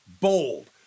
bold